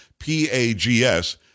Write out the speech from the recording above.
P-A-G-S